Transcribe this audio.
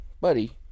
buddy